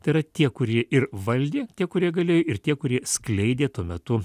tai yra tie kurie ir valdė tie kurie galėjo ir tie kurie skleidė tuo metu